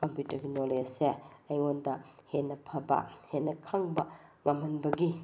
ꯀꯝꯄ꯭ꯌꯨꯇ꯭ꯔꯒꯤ ꯅꯣꯂꯦꯖꯁꯦ ꯑꯩꯉꯣꯟꯗ ꯍꯦꯟꯅ ꯐꯕ ꯍꯦꯟꯅ ꯈꯪꯕ ꯉꯝꯍꯟꯕꯒꯤ